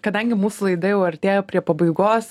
kadangi mūsų laida jau artėja prie pabaigos